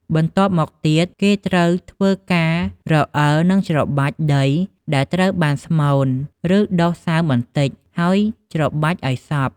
បន្ទាប់មកទៀតគេត្រូវធ្វើការរអិលនិងច្របាច់ដីដែលត្រូវបានស្មូន ឬដុសសើមបន្តិច ហើយច្របាច់ឲ្យសព្វ។